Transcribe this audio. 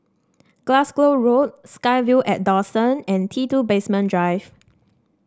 Glasgow Road SkyVille at Dawson and T two Basement Drive